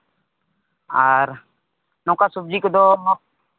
ᱟᱨ ᱱᱚᱝᱠᱟ ᱥᱚᱵᱡᱤ ᱠᱚᱫᱚ